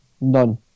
None